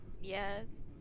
Yes